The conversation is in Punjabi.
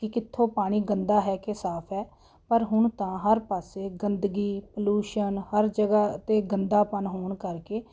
ਕਿ ਕਿੱਥੋਂ ਪਾਣੀ ਗੰਦਾ ਹੈ ਕਿ ਸਾਫ ਹੈ ਪਰ ਹੁਣ ਤਾਂ ਹਰ ਪਾਸੇ ਗੰਦਗੀ ਪਲੂਸ਼ਨ ਹਰ ਜਗ੍ਹਾ 'ਤੇ ਗੰਦਾਪਣ ਹੋਣ ਕਰਕੇ